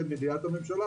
ובידיעת הממשלה,